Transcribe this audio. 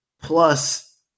plus